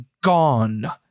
gone